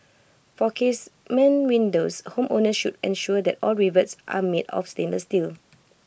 for casement windows homeowners should ensure that all rivets are made of stainless steel